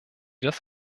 das